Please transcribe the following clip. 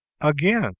Again